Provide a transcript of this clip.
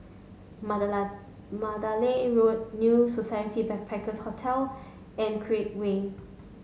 Mandala Mandalay Road New Society Backpackers Hotel and Create Way